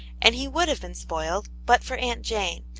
and he would have been spoiled but for aunt jane,